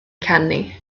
canu